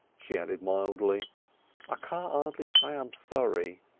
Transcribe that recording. she added mildly i can't ardly say i'm sorry.